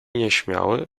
nieśmiały